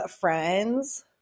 friends